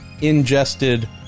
ingested